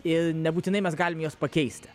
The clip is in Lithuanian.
ir nebūtinai mes galim juos pakeisti